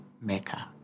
maker